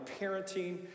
parenting